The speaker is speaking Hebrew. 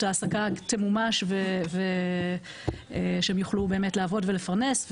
ההעסקה תמומש ושהן יוכלו לעבוד ולפרנס.